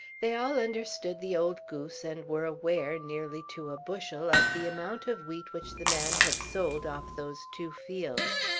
they all understood the old goose, and were aware, nearly to a bushel, of the amount of wheat which the man had sold off those two fields.